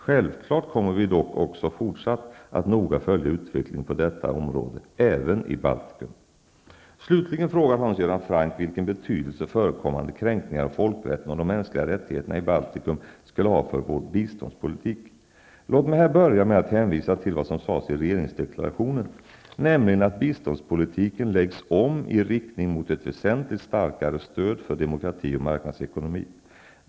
Självklart kommer vi dock också fortsatt att noga följa utvecklingen på detta område även i Slutligen frågar Hans Göran Franck vilken betydelse förekommande kränkningar av folkrätten och de mänskliga rättigheterna i Baltikum skulle ha för vår biståndspolitik. Låt mig här börja med att hänvisa till vad som sades i regeringsdeklarationen, nämligen att biståndspolitiken läggs om i riktning mot ett väsentligt starkare stöd för demokrati och marknadsekonomi.